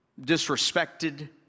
disrespected